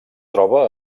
troba